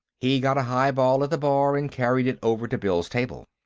he got a highball at the bar and carried it over to bill's table.